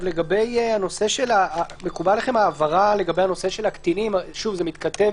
מקובלת עליכם ההבהרה לגבי נושא הקטינים זה מתכתב